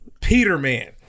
Peterman